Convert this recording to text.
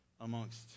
amongst